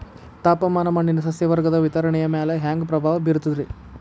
ತಾಪಮಾನ ಮಣ್ಣಿನ ಸಸ್ಯವರ್ಗದ ವಿತರಣೆಯ ಮ್ಯಾಲ ಹ್ಯಾಂಗ ಪ್ರಭಾವ ಬೇರ್ತದ್ರಿ?